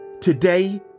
today